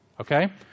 Okay